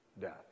death